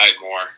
more